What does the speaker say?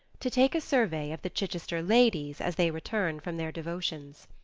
to take a survey of the chichester ladies as they returned from their devotions.